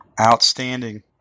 Outstanding